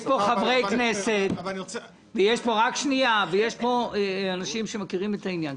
יש פה חברי כנסת ויש פה אנשים שמכירים את העניין.